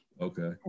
Okay